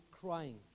crying